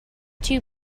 two